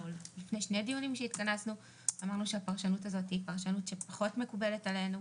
לפני שני דיונים שהתכנסנו אמרנו שהפרשנות הזאת פחות מקובלת עלינו.